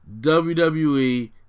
WWE